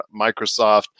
microsoft